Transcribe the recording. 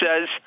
says